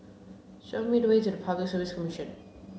show me the way to Public Service Commission